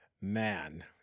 Man